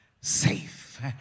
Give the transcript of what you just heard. safe